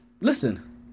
listen